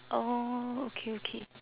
orh okay okay